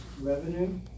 revenue